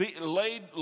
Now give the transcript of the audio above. laid